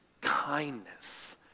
kindness